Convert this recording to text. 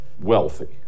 wealthy